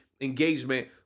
engagement